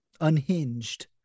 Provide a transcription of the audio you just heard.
unhinged